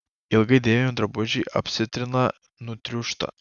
ilgai dėvimi drabužiai apsitrina nutriūšta